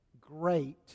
great